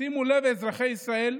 שימו לב, אזרחי ישראל,